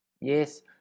Yes